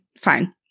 fine